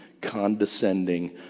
condescending